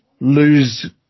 lose